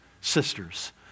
sisters